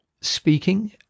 speaking